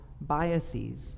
biases